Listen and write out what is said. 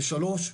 שלוש,